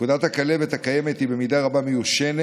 פקודת הכלבת הקיימת היא, במידה רבה, מיושנת